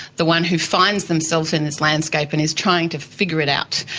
the one who finds themselves in this landscape and is trying to figure it out.